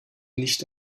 nicht